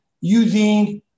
using